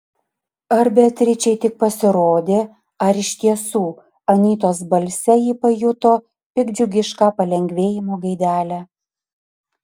ar beatričei tik pasirodė ar iš tiesų anytos balse ji pajuto piktdžiugišką palengvėjimo gaidelę